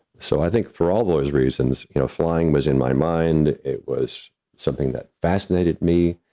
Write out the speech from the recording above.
so, i think, for all those reasons you know flying was in my mind, it was something that fascinated me.